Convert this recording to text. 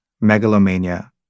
megalomania